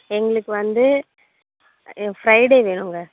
எங்களுக்கு வந்து ஃப்ரைடே வேணுங்க